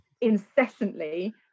incessantly